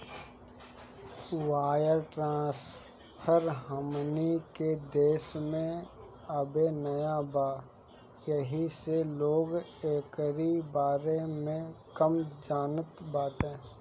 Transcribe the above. wire transfer हमनी के देश में अबे नया बा येही से लोग एकरी बारे में कम जानत बाटे